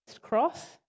Cross